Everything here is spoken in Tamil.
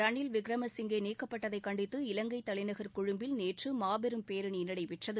ரனில் விக்கிரமசிங்கே நீக்கப்பட்டதை கண்டித்து இலங்கைத் தலைநகர் கொழும்பில் நேற்று மாபெரும் பேரணி நடைபெற்றது